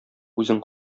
үзең